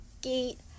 gate